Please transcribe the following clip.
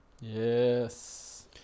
Yes